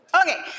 Okay